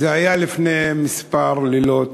זה היה לפני כמה לילות,